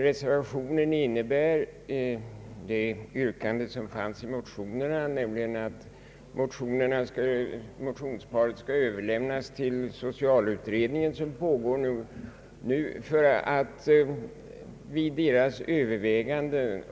Reservationen tar upp det yrkande som finns i motionerna, att dessa skall överlämnas till den socialutredning som pågår för att beaktas vid dess överväganden.